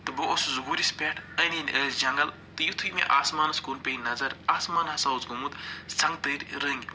تہٕ بہٕ اوسُس گُرِس پٮ۪ٹھ أندۍ أندۍ ٲسۍ جنگَل تہٕ یُتھٕے مےٚ آسمانَس کُن پے نظر آسمان ہسا اوس گوٚمُت سنگتٔرۍ رٔنٛگۍ